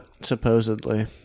supposedly